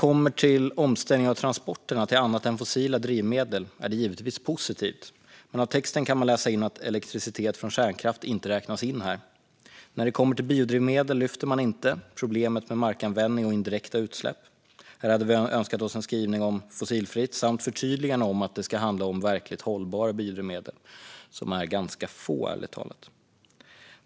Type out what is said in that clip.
Omställningen av transporterna till annat än fossila drivmedel är givetvis positiv. Men av texten kan man läsa in att elektricitet från kärnkraft inte räknas in här. När det kommer till biodrivmedel lyfter man inte upp problemet med markanvändning och indirekta utsläpp. Här hade vi önskat oss en skrivning om fossilfritt samt ett förtydligande om att det ska handla om verkligt hållbara biodrivmedel, som är ganska få ärligt talat.